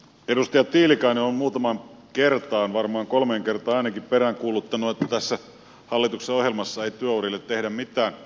edustaja tiilikainen on muutamaan kertaan varmaan kolmeen kertaan ainakin peräänkuuluttanut että tässä hallituksen ohjelmassa ei työurille tehdä mitään